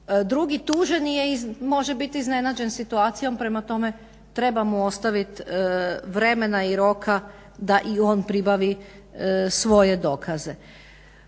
Drugi tuženi može biti iznenađen situacijom, prema tome treba mu ostavit vremena i roka da i on pribavi svoje dokaze.